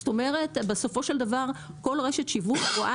זאת אומרת בסופו של דבר כל רשת שיווק רואה